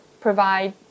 provide